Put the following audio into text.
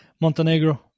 Montenegro